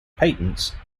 patents